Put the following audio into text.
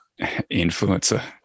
influencer